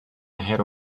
ahead